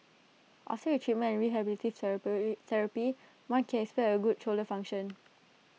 after the treatment and rehabilitative therapy one can expect A good shoulder function